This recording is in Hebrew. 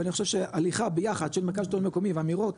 אבל אני חושב שהליכה ביחד של מרכז שלטון מקומי ואמירות